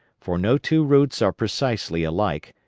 for no two routes are precisely alike,